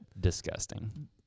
Disgusting